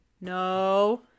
No